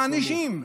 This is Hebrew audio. מענישים.